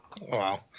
Wow